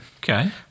Okay